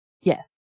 Yes